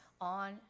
on